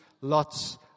lots